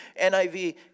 NIV